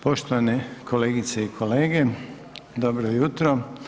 Poštovane kolegice i kolege, dobro jutro.